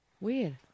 Weird